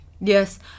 Yes